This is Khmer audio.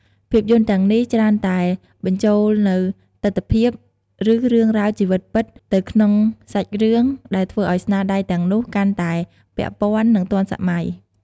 ភាពយន្តទាំងនេះច្រើនតែបញ្ចូលនូវទិដ្ឋភាព ឬរឿងរ៉ាវជីវិតពិតទៅក្នុងសាច់រឿង ដែលធ្វើឲ្យស្នាដៃទាំងនោះកាន់តែពាក់ព័ន្ធ និងទាន់សម័យ។